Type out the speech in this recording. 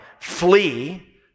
flee